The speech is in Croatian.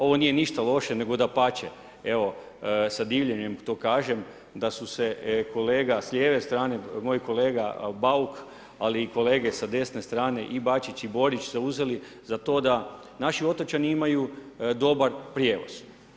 Ovo nije ništa loše nego dapače, evo sa divljenjem to kažem da su se kolega s lijeve strane moj kolega Bauk, ali i kolege sa desne strane i Bačić i Borić zauzeli za to da naši otočani imaju dobar prijevoz.